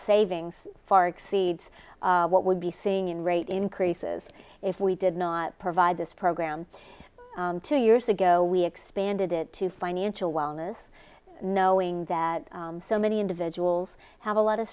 savings far exceeds what would be seeing in rate increases if we did not provide this program two years ago we expanded it to financial wellness knowing that so many individuals have a lot of